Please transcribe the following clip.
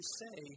say